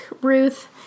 Ruth